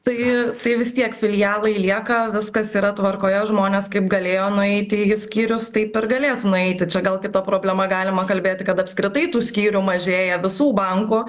tai tai vis tiek filialai lieka viskas yra tvarkoje žmonės kaip galėjo nueiti į skyrius taip ir galės nueiti čia gal kita problema galima kalbėti kad apskritai tų skyrių mažėja visų bankų